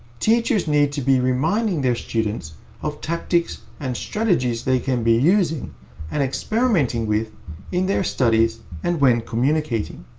teachers need to be reminding their students of tactics and strategies they can be using and experimenting with in their studies and when communicating.